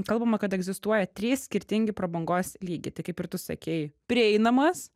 kalbama kad egzistuoja trys skirtingi prabangos lygiai taip kaip ir tu sakei prieinamas